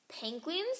Penguins